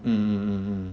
mm mm mm mm